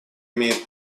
имеет